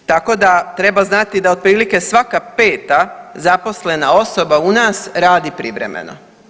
Tako da treba znati da otprilike svaka peta zaposlena osoba u nas radi privremeno.